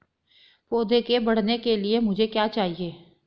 पौधे के बढ़ने के लिए मुझे क्या चाहिए?